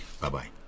Bye-bye